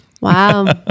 Wow